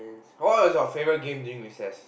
what was your favorite game during recess